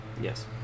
Yes